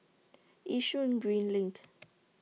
Yishun Green LINK